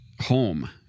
home